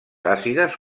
àcides